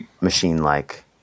machine-like